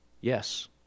Yes